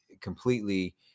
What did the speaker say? completely